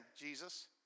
Jesus